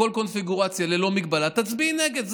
בכל קונפיגורציה, ללא הגבלה, תצביעי נגד.